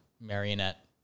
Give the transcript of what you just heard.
marionette